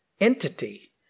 entity